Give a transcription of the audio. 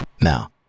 Now